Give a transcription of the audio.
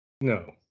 No